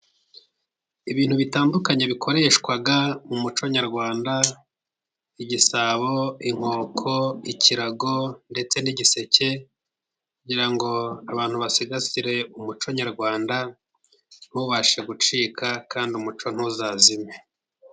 Ibintu bitandukanye bikoreshwa mu muco nyarwanda, igisabo, inkoko ikirago, ndetse n'igiseke, ngira ngo abantu basigasire umuco nyarwanda, ntubashe gucika, kandi umuco ntuzazime.